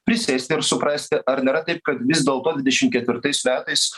prisėsti ir suprasti ar nėra taip kad vis dėlto dvidešim ketvirtais metais